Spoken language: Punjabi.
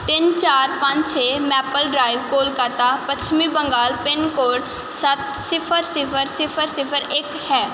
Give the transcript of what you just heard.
ਤਿੰਨ ਚਾਰ ਪੰਜ ਛੇ ਮੈਪਲ ਡਰਾਈਵ ਕੋਲਕਾਤਾ ਪੱਛਮੀ ਬੰਗਾਲ ਪਿੰਨ ਕੋਡ ਸੱਤ ਸਿਫਰ ਸਿਫਰ ਸਿਫਰ ਸਿਫਰ ਇੱਕ ਹੈ